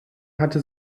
hatte